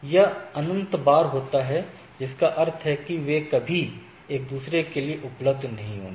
यह अनंत बार होता है जिसका अर्थ है कि वे कभी एक दूसरे के लिए उपलब्ध नहीं होंगे